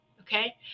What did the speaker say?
Okay